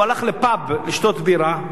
הוא הלך לפאב לשתות בירה,